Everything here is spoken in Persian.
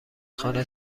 خانه